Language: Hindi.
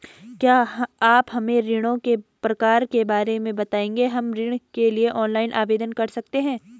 क्या आप हमें ऋणों के प्रकार के बारे में बताएँगे हम ऋण के लिए ऑनलाइन आवेदन कर सकते हैं?